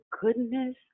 goodness